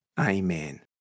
Amen